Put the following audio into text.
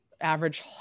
average